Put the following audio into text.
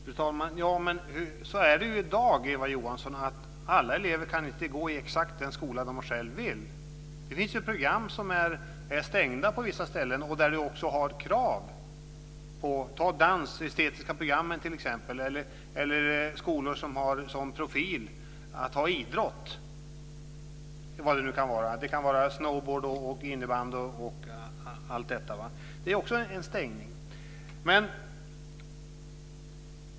Fru talman! Men det är ju i dag så, Eva Johansson, att inte alla elever kan gå exakt i den skola dit de själva vill komma. Det finns program som är stängda på vissa ställen och där det också ställs krav. Se t.ex. på dans på det estetiska programmet eller skolor med inriktning på idrott, som t.ex. snowboard eller innebandy! Också det innebär en stängning.